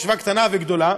ישיבה קטנה וגדולה,